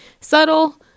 subtle